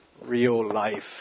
Real-life